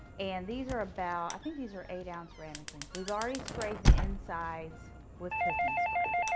and these are about, i think he's our eight ounce ramekins. we've already sprayed the insides with cooking spray.